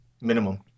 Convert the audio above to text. Minimum